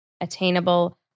attainable